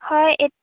হয় এত